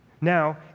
Now